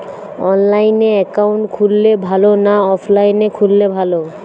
অনলাইনে একাউন্ট খুললে ভালো না অফলাইনে খুললে ভালো?